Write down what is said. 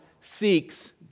seeks